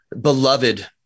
beloved